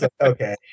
okay